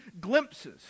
glimpses